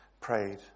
prayed